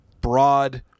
broad